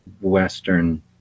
Western